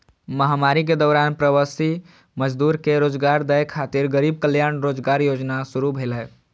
महामारी के दौरान प्रवासी मजदूर कें रोजगार दै खातिर गरीब कल्याण रोजगार योजना शुरू भेलै